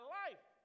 life